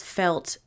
felt